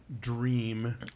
dream